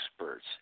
experts